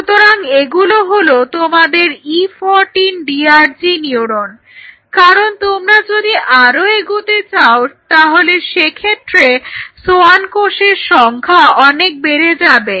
সুতরাং এগুলো হলো তোমাদের E14 DRG নিউরন কারণ তোমরা যদি আরও এগোতে চাও তাহলে সেক্ষেত্রে সোয়ান কোষের সংখ্যা অনেক বেড়ে যাবে